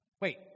Wait